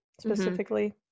specifically